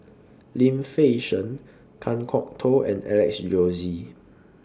Lim Fei Shen Kan Kwok Toh and Alex Josey